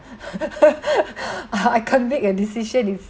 I can't make a decision